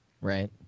right